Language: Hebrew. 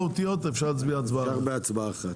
ההסתייגויות של יש עתיד, אפשר הצבעה אחת.